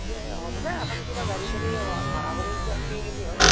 এ হ'ব দা এখন কিবা গাড়ী চাড়ী ভাড়া কৰি সেংকে গ'লে এ হ'ল